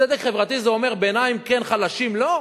צדק חברתי אומר: ביניים כן, חלשים לא?